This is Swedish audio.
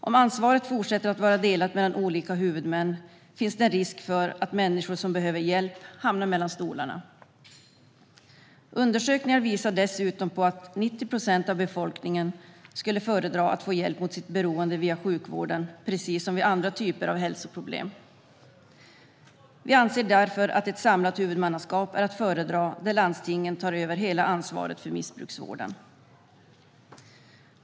Om ansvaret fortsätter att vara delat mellan olika huvudmän finns det en risk för att människor som behöver hjälp hamnar mellan stolarna. Undersökningar visar dessutom att 90 procent av befolkningen skulle föredra att få hjälp för sitt beroende via sjukvården, precis som man får vid andra typer av hälsoproblem. Vi anser därför att ett samlat huvudmannaskap är att föredra, där landstingen tar över hela ansvaret för missbruksvården.